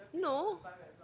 no